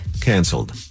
Canceled